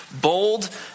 bold